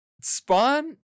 Spawn